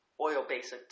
oil-based